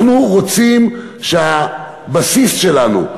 אנחנו רוצים שהבסיס שלנו,